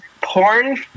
porn